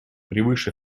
превыше